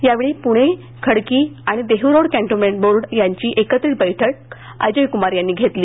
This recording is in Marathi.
यावेळी पुणे खडकी आणि देह्रोड कॅन्टोन्मेंट बोर्ड यांची एकत्रित बैठक अजयकुमार यांनी घेतली